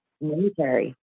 military